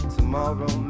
Tomorrow